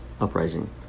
uprising